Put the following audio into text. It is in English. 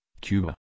Cuba